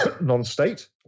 non-state